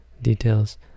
Details